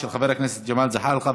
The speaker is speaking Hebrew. של חבר הכנסת ג'מאל זחאלקה.